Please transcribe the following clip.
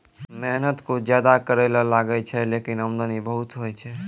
मेहनत कुछ ज्यादा करै ल लागै छै, लेकिन आमदनी बहुत होय छै